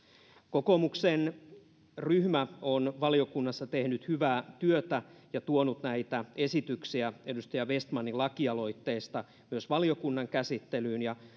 kokoomuksen ryhmä on valiokunnassa tehnyt hyvää työtä ja tuonut näitä esityksiä edustaja vestmanin lakialoitteesta myös valiokunnan käsittelyyn ja